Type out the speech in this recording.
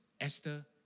Esther